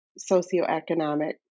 socioeconomic